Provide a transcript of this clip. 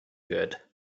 good